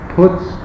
puts